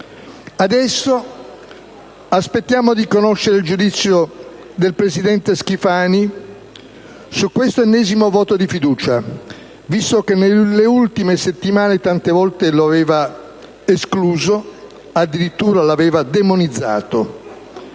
Adesso aspettiamo di conoscere il giudizio del presidente Schifani su questo ennesimo voto di fiducia, visto che nelle ultime settimane tante volte lo aveva escluso, addirittura lo aveva demonizzato.